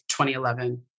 2011